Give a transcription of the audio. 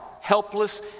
helpless